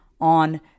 on